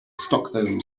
stockholm